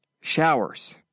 showers